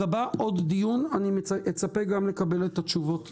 ייקבע עוד דיון, אצפה גם לקבל את התשובות.